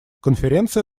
конференция